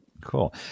Cool